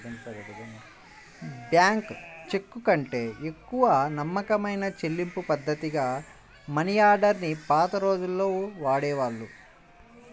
bank చెక్కుకంటే ఎక్కువ నమ్మకమైన చెల్లింపుపద్ధతిగా మనియార్డర్ ని పాత రోజుల్లో వాడేవాళ్ళు